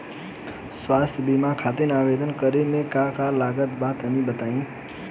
स्वास्थ्य बीमा खातिर आवेदन करे मे का का लागत बा तनि बताई?